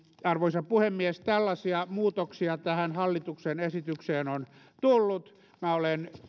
arvoisa puhemies tällaisia muutoksia tähän hallituksen esitykseen on tullut minä olen